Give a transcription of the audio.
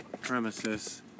premises